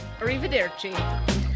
Arrivederci